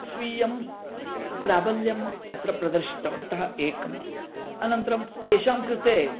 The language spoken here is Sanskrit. स्वीयं प्राबल्यं अत्र प्रदर्शितवन्तः एकम् अनन्तरं तेषां कृते